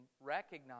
recognize